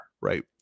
right